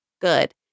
good